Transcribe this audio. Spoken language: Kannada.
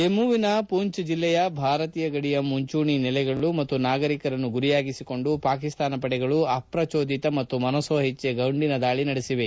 ಜಮ್ಮುವಿನ ಪೂಂಚ್ ಜಿಲ್ಲೆಯ ಭಾರತೀಯ ಗಡಿಯ ಮುಂಚೂಣಿ ನೆಲೆಗಳು ಮತ್ತು ನಾಗರಿಕರನ್ನು ಗುರಿಯಾಗಿಸಿಕೊಂಡು ಪಾಕಿಸ್ತಾನ ಪಡೆಗಳು ಅಪ್ರಚೋದಿತ ಮತ್ತು ಮನಸೋ ಇಜ್ದೆ ಗುಂಡಿನ ದಾಳಿ ನಡೆಸಿವೆ